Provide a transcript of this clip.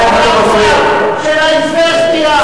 היתה שם, היא היתה מכה, ברזל.